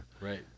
Right